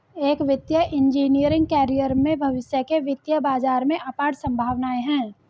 एक वित्तीय engineering career में भविष्य के वित्तीय बाजार में अपार संभावनाएं हैं